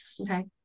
Okay